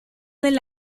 del